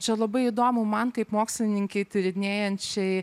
čia labai įdomu man kaip mokslininkei tyrinėjančiai